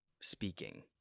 speaking